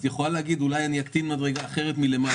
את יכולה להקטין מדרגה אחרת מלמעלה.